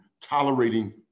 tolerating